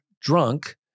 drunk